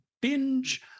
Binge